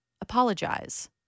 apologize